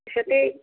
अच्छा ते